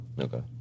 Okay